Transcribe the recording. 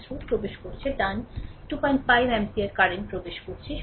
এই কারেন্ট প্রবেশ করছে ডান 25 এম্পিয়ার প্রবেশ করছে